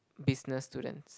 business students